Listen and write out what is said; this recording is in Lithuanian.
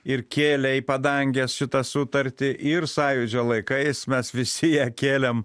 ir kėlė į padanges šitą sutartį ir sąjūdžio laikais mes visi ją kėlėm